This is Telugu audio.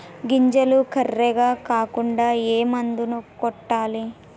గింజలు కర్రెగ కాకుండా ఏ మందును కొట్టాలి?